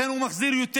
לכן הוא מחזיר יותר.